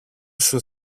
σου